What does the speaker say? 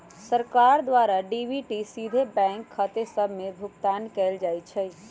सरकार द्वारा डी.बी.टी सीधे बैंक खते सभ में भुगतान कयल जाइ छइ